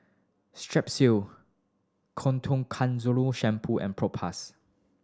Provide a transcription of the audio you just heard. Strepsil Shampoo and Propass